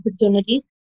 opportunities